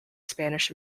spanish